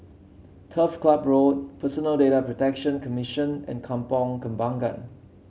Turf Ciub Road Personal Data Protection Commission and Kampong Kembangan